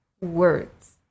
words